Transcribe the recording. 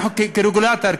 אנחנו כרגולטור,